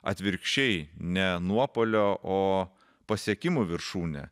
atvirkščiai ne nuopuolio o pasiekimų viršūnė